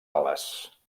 ales